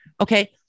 Okay